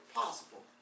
possible